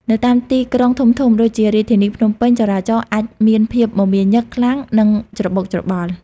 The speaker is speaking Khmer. នៅតាមទីក្រុងធំៗដូចជារាជធានីភ្នំពេញ ចរាចរណ៍អាចមានភាព មមាញឹក ខ្លាំង និងច្របូកច្របល់។